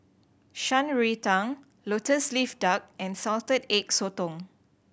Shan Rui Tang Lotus Leaf Duck and Salted Egg Sotong